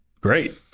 great